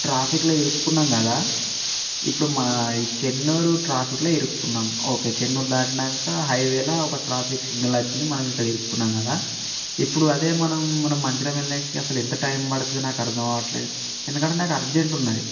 ట్రాఫిక్లో ఇరుక్కున్నాం కదా ఇప్పుడు మా ఈ చెన్నూరు ట్రాఫిక్లో ఇరుక్కున్నాం ఓకే చెన్నూరు దాటినాక హైవేలో ఒక ట్రాఫిక్ సిగ్నల్ వచ్చింది మనం ఇక్కడ ఇరుక్కున్నాం కదా ఇప్పుడు అదే మనం మన మంచిర్యాల వెళ్ళేకి అసలు ఎంత టైం పడుతుంది నాకు అర్ధం అవ్వట్లేదు ఎందుకంటే నాకు అర్జెంట్ ఉన్నది